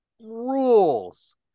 rules